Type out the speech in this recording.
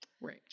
Right